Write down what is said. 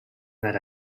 net